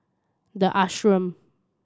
The Ashram